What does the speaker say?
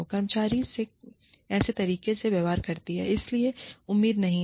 कर्मचारी ऐसे तरीके से व्यवहार करती है जिसकी उम्मीद नहीं थी